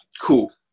Cool